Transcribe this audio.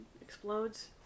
explodes